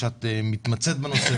שאת מתמצאת בנושא,